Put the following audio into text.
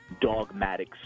dogmatic